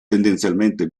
tendenzialmente